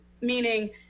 Meaning